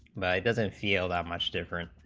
but doesn't feel that much different,